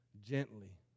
gently